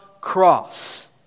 cross